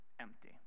empty